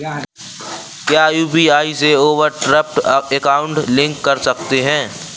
क्या यू.पी.आई से overdraft account link कर सकते हैं?